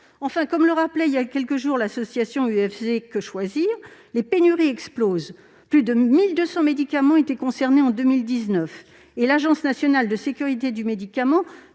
Comme le rappelait voilà quelques jours l'association UFC-Que Choisir, les pénuries explosent : plus de 1 200 médicaments étaient concernés en 2019, et l'Agence nationale de sécurité du médicament